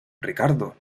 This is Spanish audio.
ricardo